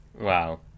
Wow